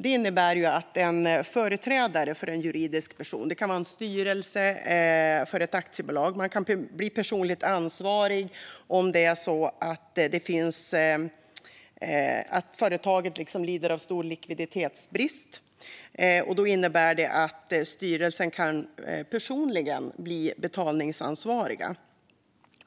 Det innebär att en företrädare för en juridisk person - det kan vara en styrelse för ett aktiebolag - kan bli personligt ansvarig om företaget lider av stor likviditetsbrist. Det innebär att medlemmarna av styrelsen kan bli personligen betalningsansvariga.